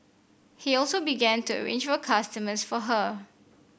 he also began to arrange for customers for her